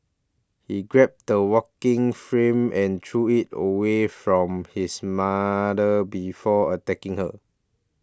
he grabbed the walking frame and threw it away from his mother before attacking her